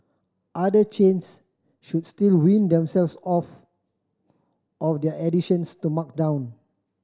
other chains should still wean themselves off of their addictions to markdown